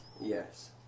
Yes